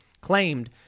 claimed